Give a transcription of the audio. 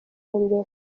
imbere